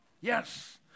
Yes